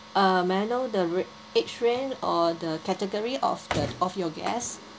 uh may I know the ra~ age range or the category of the of your guest